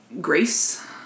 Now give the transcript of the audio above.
grace